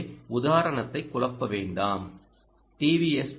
எனவே உதாரணத்தை குழப்ப வேண்டாம் டி